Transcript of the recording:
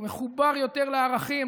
מחובר יותר לערכים,